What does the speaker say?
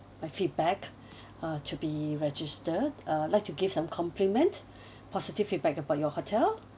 my feedback uh to be registered uh like to give some compliment positive feedback about your hotel